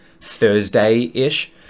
Thursday-ish